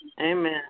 Amen